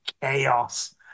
chaos